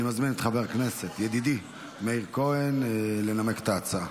אני מזמין את חבר הכנסת ידידי מאיר כהן לנמק את ההצעה.